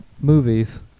movies